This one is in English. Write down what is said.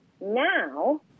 Now